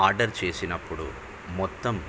order చేసినప్పుడు మొత్తం